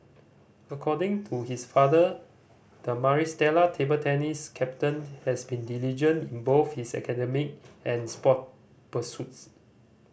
according to his father the Maris Stella table tennis captain has been diligent in both his academic and sport pursuits